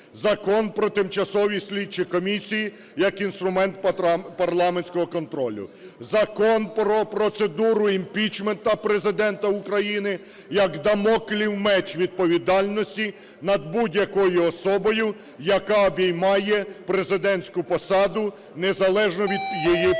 Закон про тимчасові слідчі комісії як інструмент парламентського контролю; Закон про процедуру імпічменту Президента України як дамоклів меч відповідальності над будь-якою особою, яка обіймає президентську посаду, незалежно від її прізвища;